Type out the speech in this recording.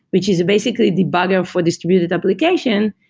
which is basically debugger for distributed application,